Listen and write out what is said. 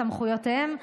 סמכויותיהם,